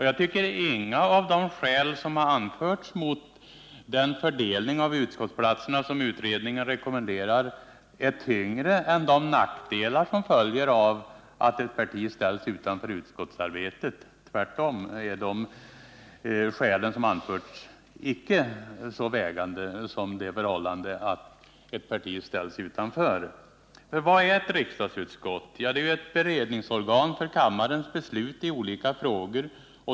Jag tycker att inga av de skäl som har anförts mot den fördelning av utskottsplatserna som utredningen rekommenderar är tyngre än de nackdelar som följer av att ett parti ställs utanför utskottsarbetet. Vad är ett riksdagsutskott? Det är ett beredningsorgan för kammarens beslut i olika frågor.